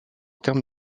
termes